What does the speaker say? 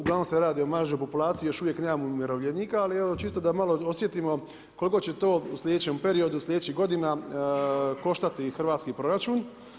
Uglavnom se radi o maržu populacije, još uvijek nemamo umirovljenika, ali evo, čisto da malo osjetimo koliko će u sljedećem periodu, sljedećih godina, koštati hrvatski proračun.